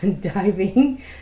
diving